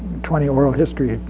twenty oral histories.